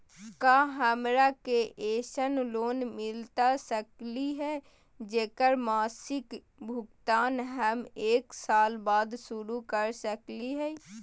का हमरा के ऐसन लोन मिलता सकली है, जेकर मासिक भुगतान हम एक साल बाद शुरू कर सकली हई?